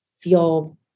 feel